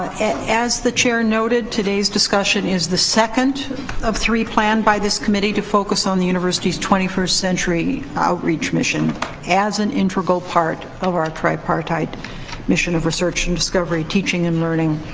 and as the chair noted, today's discussion is the second of three planned by this committee to focus on the university's twenty first century outreach mission as an integral part of our tripartite mission of research and discovery, teaching and learning,